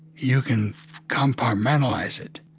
you can compartmentalize it.